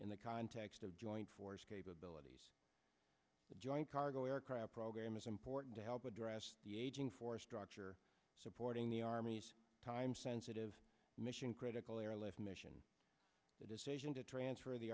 in the context of joint force capabilities the joint cargo aircraft program is important to help address the aging force structure supporting the army's time sensitive mission critical airlift mission the decision to transfer the